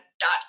dot